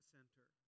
Center